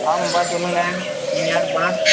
ஆமாம் பா சொல்லுங்கள் நீங்கள் யாருப்பா